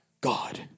God